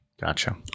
Gotcha